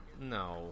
No